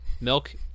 milk